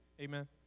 Amen